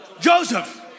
Joseph